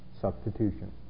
Substitution